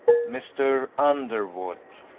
mr. underwood,